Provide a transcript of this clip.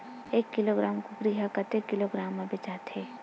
एक किलोग्राम कुकरी ह कतेक किलोग्राम म बेचाथे?